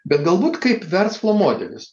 bet galbūt kaip verslo modelis